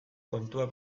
kontua